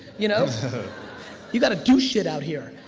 you know you gotta do shit out here.